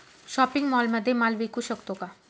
Shopping मॉलमध्ये माल विकू शकतो का?